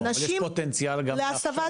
לא, יש פוטנציאל גם להכשרה.